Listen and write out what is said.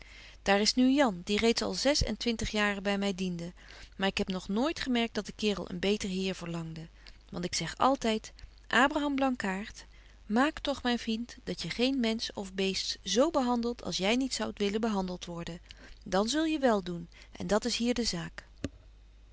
daar is nu jan die reeds al zes en twintig jaar by my diende maar ik heb nog nooit gemerkt dat de kerel een beter heer verlangde want ik zeg altyd abraham blankaart maak toch myn vriend dat je geen mensch of beest zo behandelt als jy niet zoudt willen behandelt worden dan zal je wel doen en dat is hier de zaak